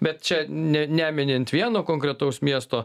bet čia ne neminint vieno konkretaus miesto